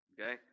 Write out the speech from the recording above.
Okay